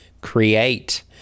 create